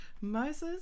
Moses